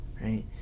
right